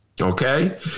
Okay